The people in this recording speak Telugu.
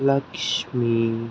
లక్ష్మి